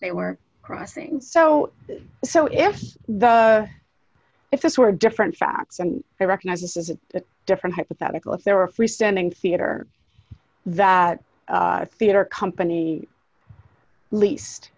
and they were crossing so so if the if this were different facts and they recognize he has a different hypothetical if there were freestanding theater that theater company leas